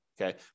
okay